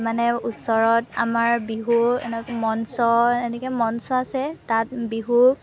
মানে ওচৰত আমাৰ বিহু এন মঞ্চ এনেকৈ মঞ্চ আছে তাত বিহু